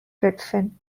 redfern